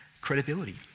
credibility